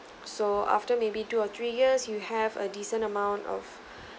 so after maybe two or three years you have a decent amount of